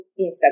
Instagram